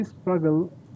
struggle